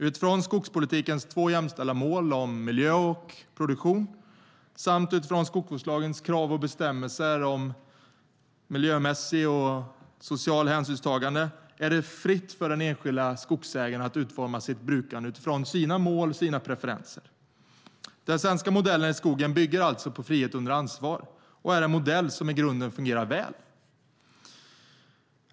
Utifrån skogspolitikens två jämställda mål om miljö och produktion samt utifrån skogsvårdslagens krav och bestämmelser om miljömässigt och socialt hänsynstagande är det fritt för den enskilde skogsägaren att utforma sitt brukande utifrån sina mål och preferenser. Den svenska modellen i skogen bygger alltså på frihet under ansvar och är en modell som i grunden fungerar väl.